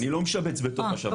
אני לא משבץ בתוך השב"ס.